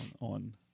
on